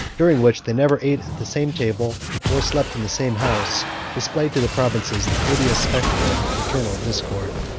during which they never ate at the same table, or slept in the same house, displayed to the provinces the odious spectacle of fraternal discord.